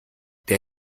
der